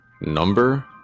number